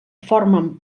formen